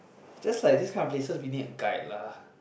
just like this kind of places we need a guide lah